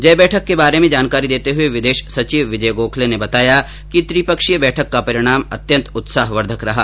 जय बैठक के बारे में जानकारी देते हुए विदेश सचिव विजय गोखले ने बताया कि त्रिपक्षीय बैठक का परिणाम अत्यंत उत्साहवर्धक रहा